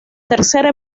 tercera